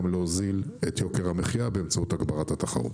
גם להוזיל את יוקר המחיה באמצעות הגברת התחרות.